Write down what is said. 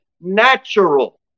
natural